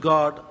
God